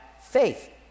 faith